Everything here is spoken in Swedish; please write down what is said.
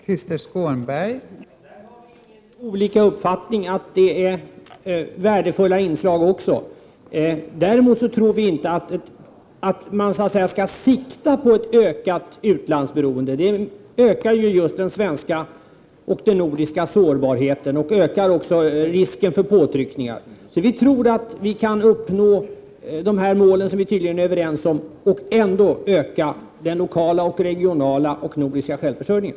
Fru talman! Vi har inga skilda uppfattningar när det gäller detta. Det finns även värdefulla inslag. Däremot tror vi inte att man skall sikta på ett ökat utlandsberoende. Det ökar den svenska och den nordiska sårbarheten. Det ökar också risken för påtryckningar. Vi tror att vi kan uppnå de mål som vi tydligen är överens om och ändå kunna öka den lokala, regionala och nordiska självförsörjningen.